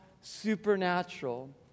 supernatural